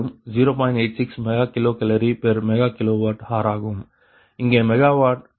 86 MkCalMWHr ஆகும் இங்கே megawatt மணிநேரம் என்று நான் எழுதியுள்ளேன்